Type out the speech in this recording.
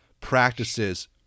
Practices